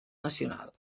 nacional